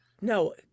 no